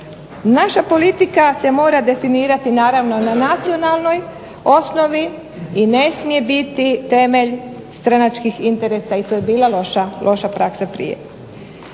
Naša politika se mora definirati na nacionalnoj osnovi i ne smije biti temelj stranačkih interesa i to je bila loša praksa prije.